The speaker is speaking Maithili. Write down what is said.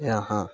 यहाँ